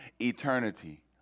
eternity